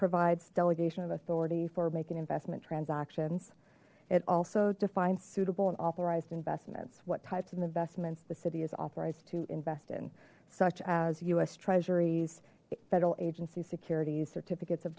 provides delegation of authority for making investment transactions it also defines suitable and authorized investments what types of investments the city is authorized to invest in such as us treasuries federal agency securities certificates of